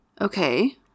Okay